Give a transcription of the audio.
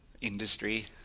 Industry